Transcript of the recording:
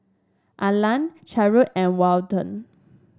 Alan Carleigh and Walton